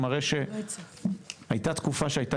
המספר 13,445 מראה שהייתה תקופה שהייתה